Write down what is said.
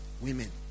women